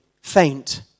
faint